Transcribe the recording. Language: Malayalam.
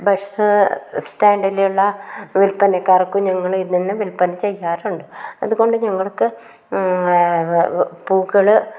ബസ് സ്റ്റാൻ്റ് സ്റ്റാൻ്റിലുള്ള വിൽപ്പനക്കാർക്കും ഞങ്ങൾ ഇതിൽ നിന്നും വില്പന ചെയ്യാറുണ്ട് അതുകൊണ്ട് ഞങ്ങൾക്ക് പൂക്കൾ